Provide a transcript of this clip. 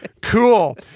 cool